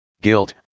Guilt